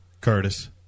Curtis